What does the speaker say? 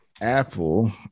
Apple